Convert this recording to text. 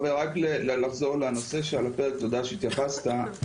תודה שהתייחסת,